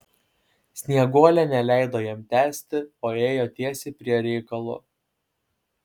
snieguolė neleido jam tęsti o ėjo tiesiai prie reikalo